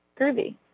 Groovy